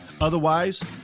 Otherwise